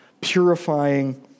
purifying